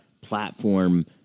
platform